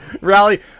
Rally